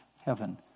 heaven